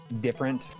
different